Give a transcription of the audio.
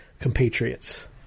compatriots